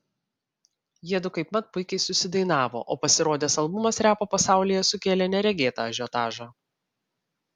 jiedu kaipmat puikiai susidainavo o pasirodęs albumas repo pasaulyje sukėlė neregėtą ažiotažą